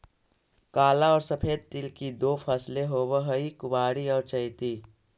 काला और सफेद तिल की दो फसलें होवअ हई कुवारी और चैती